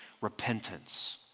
repentance